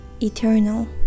eternal